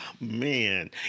man